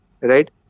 right